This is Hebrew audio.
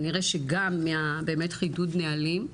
כנראה שגם באמת מהחידוד נהלים,